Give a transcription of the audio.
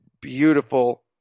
beautiful